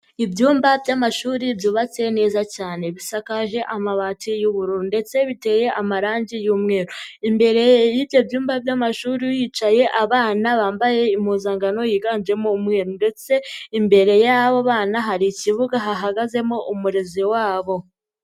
Ibyumba by'amashuri byubatse neza cyane bisakaje amabati y'ubururu ndetse biteye amarangi y'umweru, imbere y'ibyo byumba by'amashuri hicaye abana bambaye impuzankano yiganjemo umuru ndetse imbere y'abo bana hari ikibuga hahagazemo umurezi wabo.